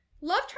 Love